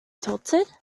tilted